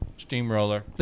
Steamroller